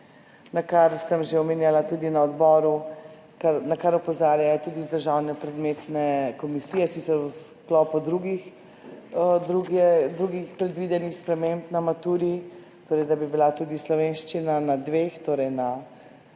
kar sem že omenjala tudi na odboru, na kar opozarjajo tudi iz državne predmetne komisije, sicer v sklopu drugih predvidenih sprememb na maturi, torej da bi bila tudi slovenščina na dveh, torej na